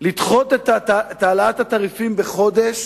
לדחות את העלאת התעריפים בחודש,